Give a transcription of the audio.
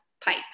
PIPE